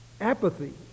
Apathy